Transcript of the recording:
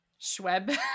Schweb